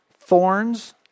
Thorns